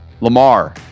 Lamar